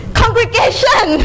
congregation